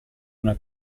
una